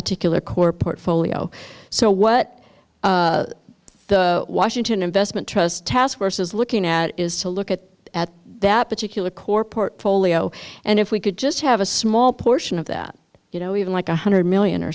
particular core portfolio so what the washington investment trust taskforce is looking at is to look at at that particular core portfolio and if we could just have a small portion of that you know even like a hundred million or